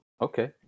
Okay